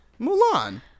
Mulan